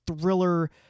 thriller